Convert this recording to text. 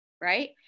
right